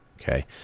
Okay